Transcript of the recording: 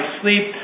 sleep